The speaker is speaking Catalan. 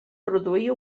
produir